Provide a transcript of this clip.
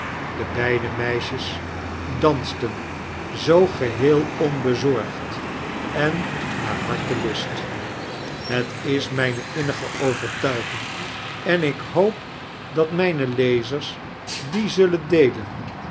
do beide meis jee dans ten zoo geheel onbezorgd en naar hartelust het is mijiiei innige oyertuiging en ik hoop dat mijne lezers die zullen deelen